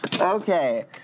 Okay